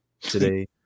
today